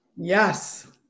Yes